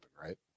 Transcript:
right